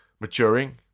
maturing